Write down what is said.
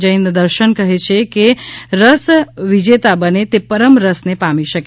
જૈન દર્શન કહે છે કે રસ વિજેતા બને તે પરમ રસને પામી શકે